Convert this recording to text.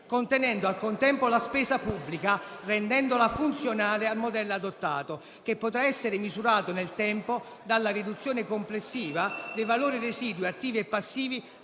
contenendo al contempo la spesa pubblica, rendendola funzionale al modello adottato, che potrà essere misurato nel tempo dalla riduzione complessiva dei valori residui attivi e passivi